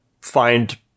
find